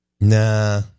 Nah